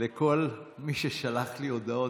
לכל מי ששלח לי הודעות.